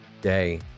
day